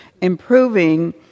improving